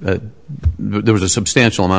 there was a substantial amount